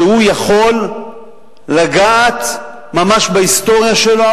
שהוא יכול לגעת ממש בהיסטוריה שלו,